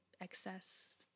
excess